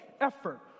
Effort